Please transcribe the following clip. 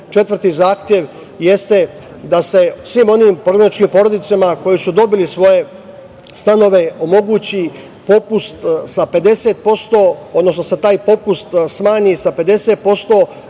zahtev jeste da se svim onim prognanim porodicama koji su dobili svoje stanove omogući popust sa 50%, odnosno da se taj popust smanji sa 50%